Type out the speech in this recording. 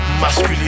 masculine